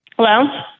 Hello